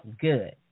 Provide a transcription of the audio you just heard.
good